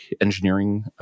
engineering